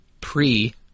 Pre